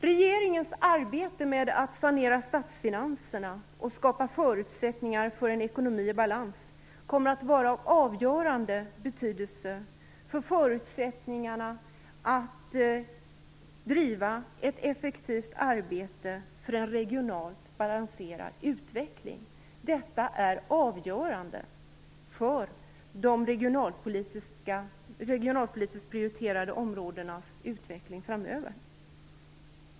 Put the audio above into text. Regeringens arbete med att sanera statsfinanserna och skapa förutsättningar för en ekonomi i balans kommer att vara av avgörande betydelse för förutsättningarna att driva ett effektivt arbete för en regionalt balanserad utveckling. Detta är avgörande för de regionalpolitiskt prioriterade områdenas utveckling framöver.